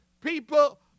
People